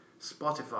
Spotify